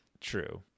true